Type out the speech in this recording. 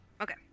Okay